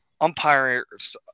umpires